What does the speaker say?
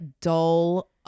dull